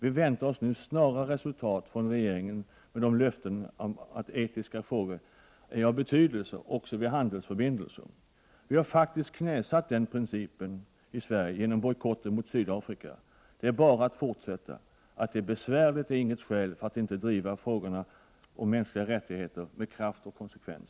Vi väntar oss nu snara resultat från regeringen med tanke på löftena om att etiska frågor är av betydelse också vid handelsförbindelser. Vi har faktiskt knäsatt den principen i Sverige genom bojkotten av Sydafrika. Det är bara att fortsätta. Att det är besvärligt är inget skäl för att inte driva frågorna om mänskliga rättigheter med kraft och konsekvens.